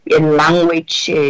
language